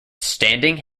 standing